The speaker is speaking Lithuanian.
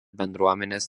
bendruomenės